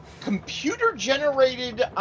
computer-generated